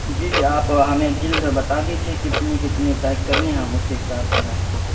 جی جی آپ ہمیں جلد بتا دیجیے کتنی کتنی پیک کرنی ہے ہم اسی حساب سے آپ کو